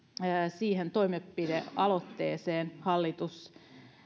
siihen toimenpidealoitteeseen hallitus